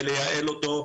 ולייעל אותו,